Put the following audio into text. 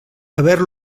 haver